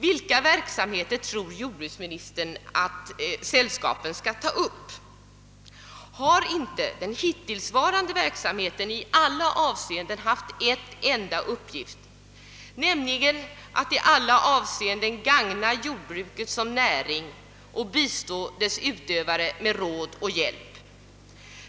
Vilka verksamheter skall sällskapen ta upp? Har inte den hittillsvarande verksamheten haft en enda uppgift, nämligen att i alla avseenden gagna jordbruket som näring och bistå dess utövare med råd och hjälp?